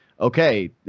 okay